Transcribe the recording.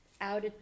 out